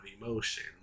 emotion